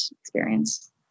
experience